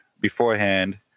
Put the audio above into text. beforehand